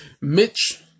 Mitch